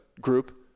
group